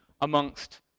amongst